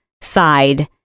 side